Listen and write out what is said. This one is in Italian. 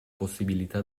possibilità